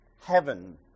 heaven